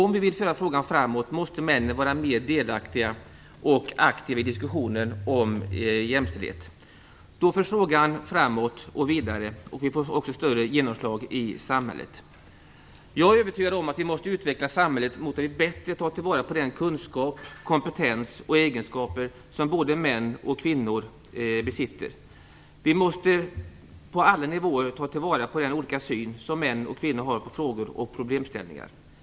Om vi vill föra frågan framåt måste männen vara mer delaktiga och aktiva i diskussionen om jämställdhet. Då förs frågan framåt och vidare. Vi får också större genomslag i samhället. Jag är övertygad om att vi måste utveckla samhället så att vi bättre tar till vara den kunskap, den kompetens och de egenskaper som både män och kvinnor besitter. Vi måste på alla nivåer ta till vara den olika syn som män och kvinnor har på frågor och problemställningar.